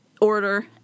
order